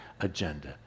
agenda